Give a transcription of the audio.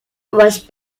was